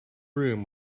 room